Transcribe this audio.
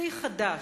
שיא חדש.